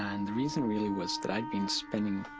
and the reason really was that i'd been spending